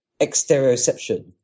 exteroception